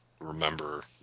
remember